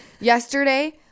Yesterday